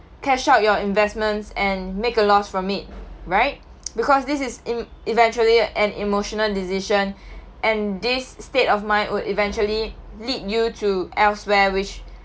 cash out your investments and make a loss from it right because this is in~ eventually an emotional decision and this state of mind would eventually lead you to elsewhere which